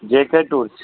J K tours